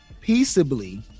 peaceably